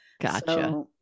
Gotcha